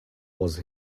was